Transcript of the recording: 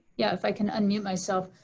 yeah if i can unmute myself.